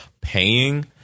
paying